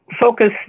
focus